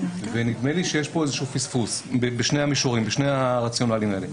נדמה לי שיש כאן איזשהו פספוס בשמי הרציונלים האלה.